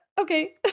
Okay